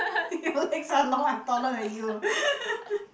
your legs are long I'm taller than you